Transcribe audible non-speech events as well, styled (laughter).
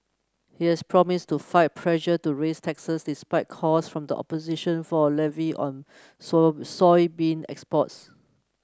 he has promised to fight pressure to raise taxes despite calls from the opposition for a levy on (unintelligible) soybean exports